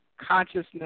consciousness